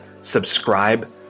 subscribe